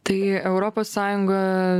tai europos sąjunga